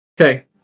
Okay